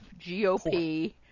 GOP